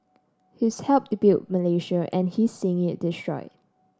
he's helped built Malaysia and he's seeing it destroy